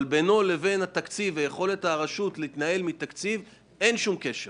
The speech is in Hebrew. אבל בינו לבין התקציב ויכולת הרשות להתנהל אין שום קשר,